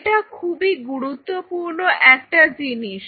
এটা খুবই গুরুত্বপূর্ণ একটা জিনিস